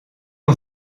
een